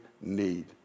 need